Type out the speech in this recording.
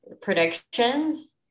predictions